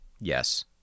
Yes